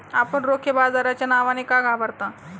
आपण रोखे बाजाराच्या नावाने का घाबरता?